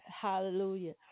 Hallelujah